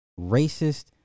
racist